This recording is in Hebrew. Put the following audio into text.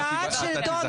שבעה.